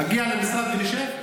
אגיע למשרד ונשב?